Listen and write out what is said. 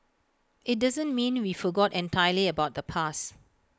IT doesn't mean we forgot entirely about the past